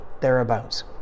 thereabouts